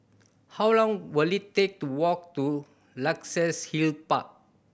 how long will it take to walk to Luxus Hill Park